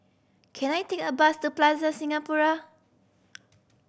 can I take a bus to Plaza Singapura